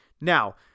Now